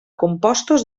compostos